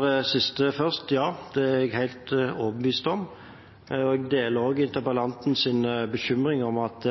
det siste først: Ja, det er jeg helt overbevist om. Jeg deler også interpellantens bekymring for at